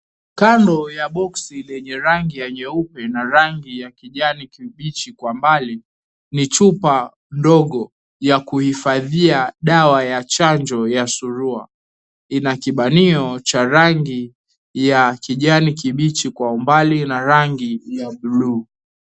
Kando ya boksi lenye rangi ya nyeupe na rangi ya kijani kibichi kwa mbali ni chupa ndogo ya kuhifadhia dawa ya chanjo ya surua. Ina kibanio cha rangi ya kijani kibichi kwa umbali na rangi ya buluu.